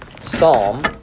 Psalm